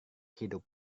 hidup